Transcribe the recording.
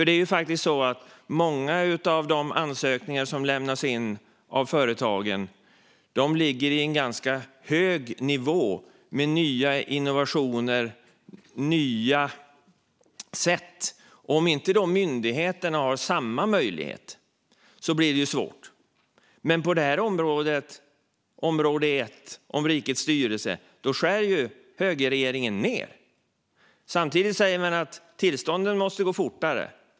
Det är faktiskt så att många av de ansökningar som lämnas in av företagen ligger på en ganska hög nivå med nya innovationer och nya sätt. Om då inte myndigheterna har samma möjligheter blir det svårt. Men på detta område, utgiftsområde 1 Rikets styrelse, skär högerregeringen ned. Samtidigt säger man att tillståndsprocesserna måste gå fortare.